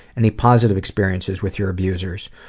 any positive experiences with your abusers?